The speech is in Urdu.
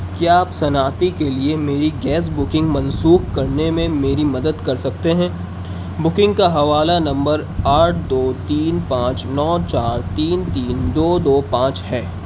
کیا آپ صنعتی کے لیے میری گیس بکنگ منسوخ کرنے میں میری مدد کر سکتے ہیں بکنگ کا حوالہ نمبر آٹھ دو تین پانچ نو چار تین تین دو دو پانچ ہے